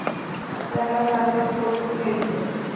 तणनाशक कुठे मिळते?